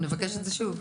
אנחנו נבקש את זה שוב.